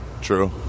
True